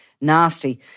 nasty